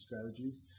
strategies